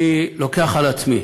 אני לוקח על עצמי